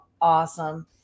Awesome